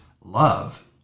love